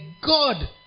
God